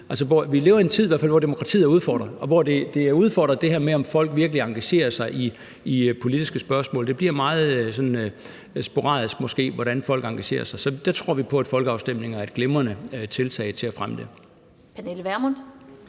vi lever i en tid, hvor demokratiet er udfordret, og hvor det med, om folk virkelig engagerer sig i politiske spørgsmål, er udfordret. Det bliver måske meget sporadisk, hvordan folk engagerer sig. Så der tror vi på, at folkeafstemninger er et glimrende tiltag til at fremme det.